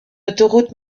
autoroute